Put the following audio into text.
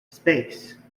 space